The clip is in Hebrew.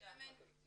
בבקשה.